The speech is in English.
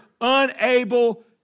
unable